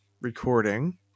recording